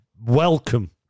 welcome